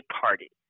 party